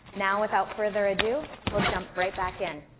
now without further ado, we'll jump right back in.